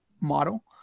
model